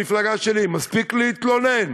אני אומר למפלגה שלי: מספיק להתלונן.